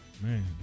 Man